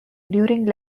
during